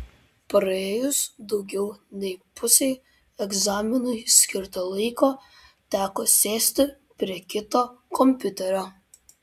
praėjus daugiau nei pusei egzaminui skirto laiko teko sėsti prie kito kompiuterio